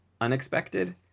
unexpected